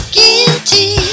guilty